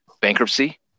bankruptcy